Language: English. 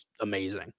amazing